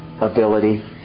ability